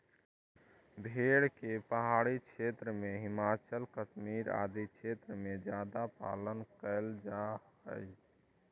भेड़ के पहाड़ी क्षेत्र में, हिमाचल, कश्मीर आदि क्षेत्र में ज्यादा पालन कैल जा हइ